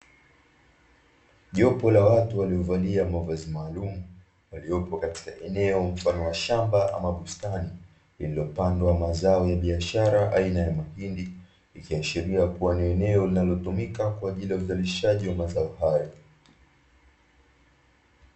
Jopo la watu waliovalia mavazi maalumu waliopo katika eneo mfano wa shamba ama bustani, lililopandwa mazao ya biashara aina ya mahindi, ikiashiria kuwa ni eneo linalotumika kwa ajili ya uzalishaji wa mazao hayo.